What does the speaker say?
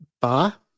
Ba